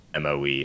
MoE